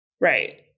Right